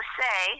say